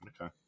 Okay